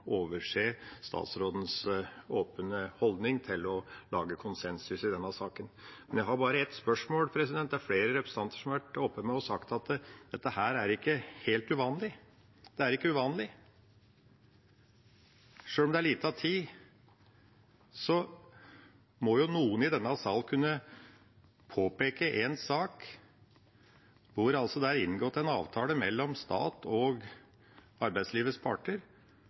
overse statsrådens åpne holdning til å lage konsensus i denne saken. Jeg har bare ett spørsmål. Det er flere representanter som har vært oppe og sagt at dette ikke er helt uvanlig. Sjøl om det er liten tid, må jo noen i denne salen kunne vise til én sak hvor det er blitt inngått en avtale mellom stat og arbeidslivets parter,